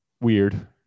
weird